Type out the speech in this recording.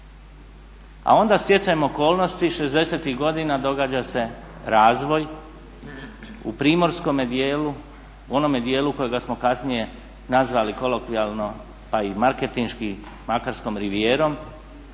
A onda stjecajem okolnosti '60.-ih godina događa se razvoj u primorskome dijelu, u onome dijelu kojega smo kasnije nazvali kolokvijalno pa i marketinški makarskom rivijerom